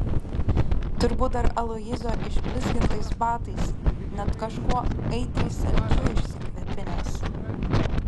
turbūt dar aloyzo išblizgintais batais net kažkuo aitriai saldžiu išsikvepinęs